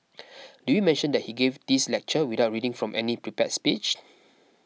did we mention that he gave this lecture without reading from any prepared speech